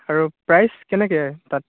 আৰু প্ৰাইচ কেনেকৈ তাত